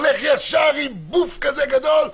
לך ישר עם בוף גדול,